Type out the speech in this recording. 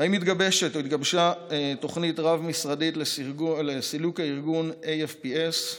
האם מתגבשת או התגבשה תוכנית רב-משרדית לסילוק ארגון AFPS,